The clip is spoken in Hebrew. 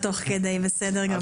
בסדר גמור.